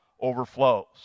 overflows